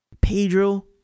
Pedro